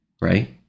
Right